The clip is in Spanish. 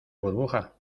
burbuja